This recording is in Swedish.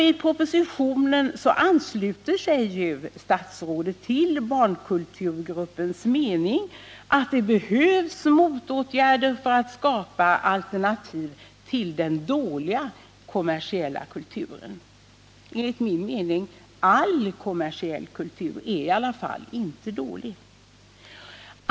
I propositionen ansluter sig statsrådet till barnkulturgruppens mening att det behövs motåtgärder för att skapa alternativ till den dåliga kommersiella kulturen — enligt min uppfattning är inte all kommersiell kultur dålig.